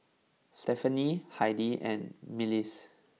Stefani Heidy and Milas